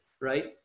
right